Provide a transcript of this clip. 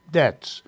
debts